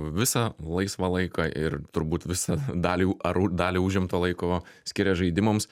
visą laisvą laiką ir turbūt visą dalį ar dalį užimto laiko skiria žaidimams